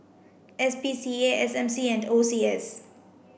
S P C A S M C and O C S